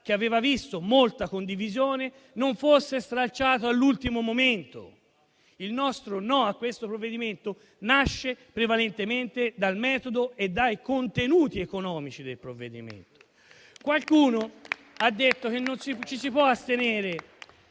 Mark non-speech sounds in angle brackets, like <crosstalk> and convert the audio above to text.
che aveva visto molta condivisione, non fosse stralciato all'ultimo momento. Il nostro no a questo provvedimento nasce prevalentemente dal metodo e dai suoi contenuti economici. <applause> Qualcuno ha detto che non ci si può astenere